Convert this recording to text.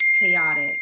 chaotic